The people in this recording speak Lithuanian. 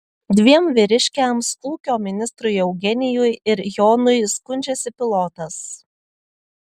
dviem vyriškiams ūkio ministrui eugenijui ir jonui skundžiasi pilotas